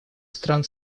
стран